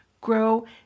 grow